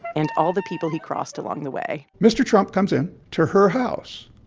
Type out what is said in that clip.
and all the people he crossed along the way mr. trump comes in to her house.